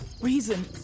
Reason